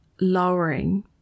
lowering